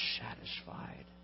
satisfied